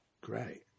Great